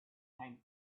came